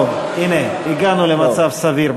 טוב, הנה, הגענו למצב סביר.